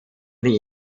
die